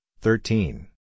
thirteen